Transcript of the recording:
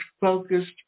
focused